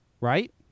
Right